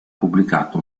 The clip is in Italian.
pubblicato